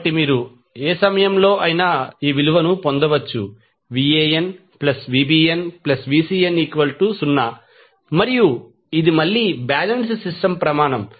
కాబట్టి మీరు ఏ సమయంలోనైనా విలువను పొందవచ్చు VanVbnVcn0 మరియు ఇది మళ్ళీ బాలెన్స్డ్ సిస్టమ్ ప్రమాణం